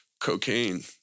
Cocaine